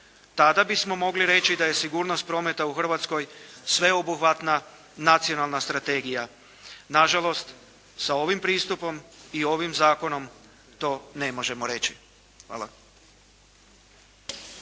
Tada bismo mogli reći da je sigurnost prometa u Hrvatskoj sveobuhvatna nacionalna strategija. Na žalost, sa ovim pristupom i ovim zakonom to ne možemo reći. Hvala.